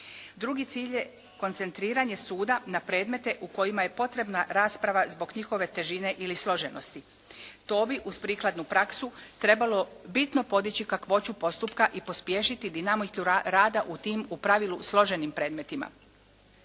Drugi cilj je koncentriranje suda na predmete u kojima je potrebna rasprava zbog njihove težine ili složenosti. To bi uz prikladnu praksu trebalo bitno podići kakvoću postupka i pospješiti dinamiku rada u tim u pravilu složenim predmetima.